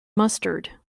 mustard